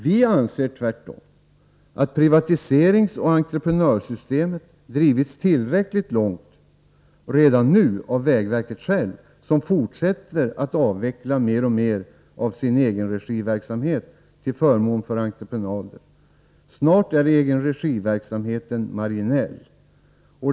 Vi anser tvärtom att privatiseringsoch entreprenörssystemet drivits tillräckligt långt redan nu av vägverket självt, som fortsätter att avveckla mer och mer av sin egenregiverksamhet till förmån för entreprenader. Snart är egenregiverksamheten marginell.